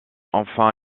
enfin